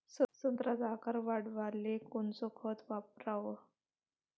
संत्र्याचा आकार वाढवाले कोणतं खत वापराव?